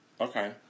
Okay